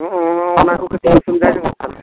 ᱦᱚᱜᱼᱚᱸᱭ ᱚᱱᱟ ᱠᱚ ᱠᱷᱟᱹᱛᱤᱨ ᱚᱥᱩᱵᱤᱫᱟ ᱧᱚᱜᱚᱜ ᱠᱟᱱᱟ